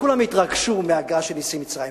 כולם התרגשו מההגעה של נשיא מצרים,